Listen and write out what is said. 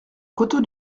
côteaux